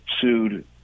sued